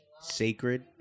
Sacred